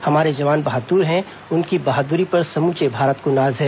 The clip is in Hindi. हमारे जवान बहादुर हैं उनकी बहादुरी पर समूचे भारत को नाज है